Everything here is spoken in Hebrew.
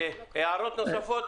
הערות נוספות?